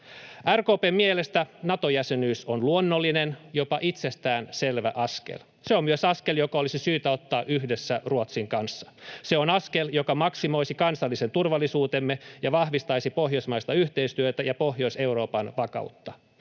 RKP:n mielestä Nato-jäsenyys on luonnollinen, jopa itsestään selvä askel. Se on myös askel, joka olisi syytä ottaa yhdessä Ruotsin kanssa. Se on askel, joka maksimoisi kansallisen turvallisuutemme ja vahvistaisi pohjoismaista yhteistyötä ja Pohjois-Euroopan vakautta.